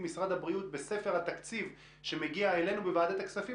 משרד הבריאות בספר התקציב שמגיע אלינו לוועדת הכספים,